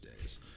days